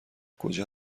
کجا